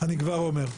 זהו, אני כבר אומר.